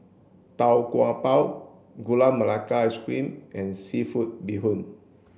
tau kwa pau gula melaka ice cream and seafood bee hoon